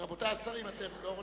רבותי השרים, אתם לא רוצים?